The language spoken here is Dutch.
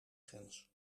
grens